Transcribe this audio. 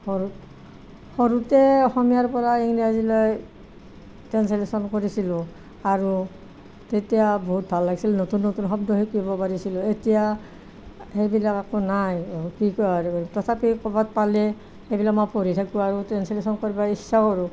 সৰু সৰুতে অসমীয়াৰ পৰা ইংৰাজীলৈ ট্ৰেঞ্চলেচন কৰিছিলোঁ আৰু তেতিয়া বহুত ভাল লাগিছিল নতুন নতুন শব্দ শিকিব পাৰিছিলোঁ এতিয়া সেইবিলাক একো নাই কি তথাপি কৰ'বাত পালে এইবিলাক মই পঢ়ি থাকোঁ আৰু ট্ৰেঞ্চলেচন কৰিবৰ ইচ্ছা কৰোঁ